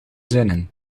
zinnen